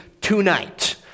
tonight